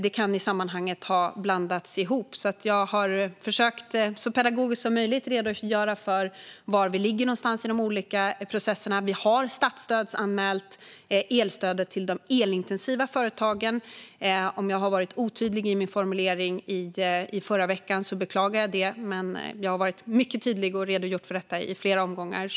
Det kan i sammanhanget ha blandats ihop, så jag har försökt att så pedagogiskt som möjligt redogöra för var vi ligger i de olika processerna. Vi har statsstödsanmält elstödet till de elintensiva företagen. Om jag var otydlig i min formulering i förra veckan beklagar jag det, men jag har varit mycket tydlig och redogjort för detta i flera omgångar.